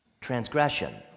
transgression